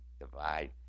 divide